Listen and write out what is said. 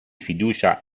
fiducia